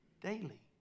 daily